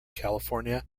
california